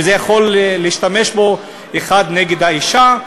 והוא יכול להשתמש בו נגד האישה,